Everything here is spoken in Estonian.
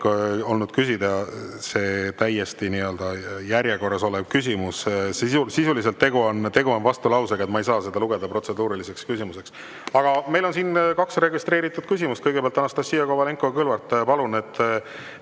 küsida see täiesti järjekorras oleva küsimusena. Sisuliselt on tegu vastulausega, ma ei saa seda lugeda protseduuriliseks küsimuseks. Aga meil on kaks registreeritud küsimust. Kõigepealt Anastassia Kovalenko-Kõlvart, palun!